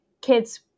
kids